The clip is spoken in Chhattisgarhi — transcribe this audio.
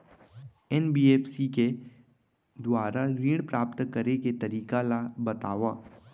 एन.बी.एफ.सी के दुवारा ऋण प्राप्त करे के तरीका ल बतावव?